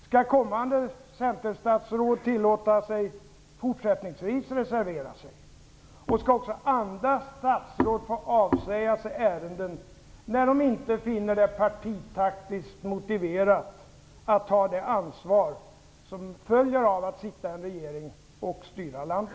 Skall kommande centerstatsråd tillåtas att fortsättningsvis reservera sig? Skall också andra statsråd få avsäga sig ärenden när de inte finner det partitaktiskt motiverat att ta det ansvar som följer av att sitta i en regering och styra landet?